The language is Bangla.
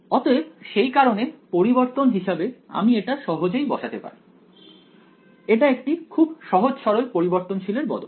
অতএব সেই কারণে পরিবর্তন হিসাবে আমি এটা সহজেই বসাতে পারি এটা একটি খুব সহজ সরল পরিবর্তনশীল এর বদল